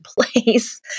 place